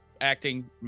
acting